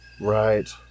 Right